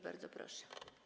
Bardzo proszę.